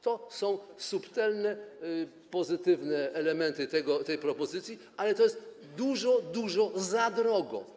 To są subtelne pozytywne elementy tej propozycji, ale to jest dużo dużo za drogo.